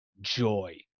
joy